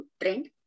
trend